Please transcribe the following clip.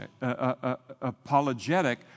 apologetic